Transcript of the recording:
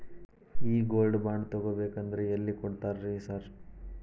ಈ gold bond ತಗಾಬೇಕಂದ್ರ ಎಲ್ಲಿ ಕೊಡ್ತಾರ ರೇ ಸಾರ್?